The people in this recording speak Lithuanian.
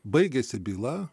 baigėsi byla